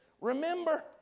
Remember